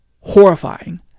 horrifying